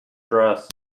dress